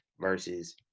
versus